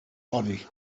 body